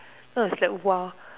then I was like !wow!